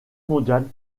mondiale